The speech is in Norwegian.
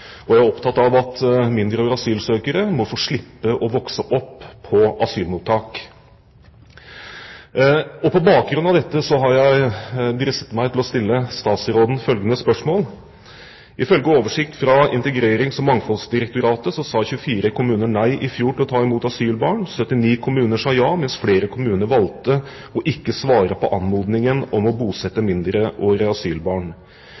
Jeg er opptatt av at mindreårige asylsøkere må få slippe å vokse opp på asylmottak. På bakgrunn av dette har jeg dristet meg til å stille statsråden følgende spørsmål: «Ifølge oversikt fra Integrerings- og mangfoldsdirektoratet sa 24 kommuner nei i fjor til å ta imot asylbarn. 79 kommuner sa ja, mens flere kommuner valgte å ikke svare på anmodningen om å bosette mindreårige asylbarn.